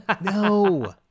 No